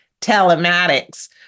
telematics